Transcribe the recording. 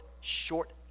short